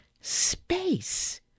space